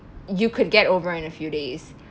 you could get over in a few days